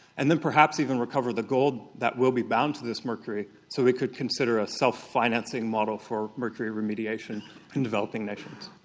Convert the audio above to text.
and then perhaps even recover the gold that will be bound to this mercury, so we could consider a self-financing model for mercury remediation in developing nations.